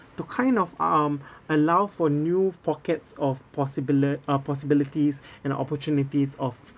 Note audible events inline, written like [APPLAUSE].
to kind of um [BREATH] allow for new pockets of possibili~ uh possibilities [BREATH] and opportunities of